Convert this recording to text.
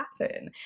happen